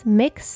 mix